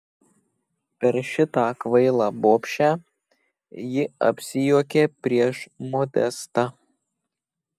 per šitą kvailą bobšę ji apsijuokė prieš modestą